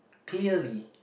clearly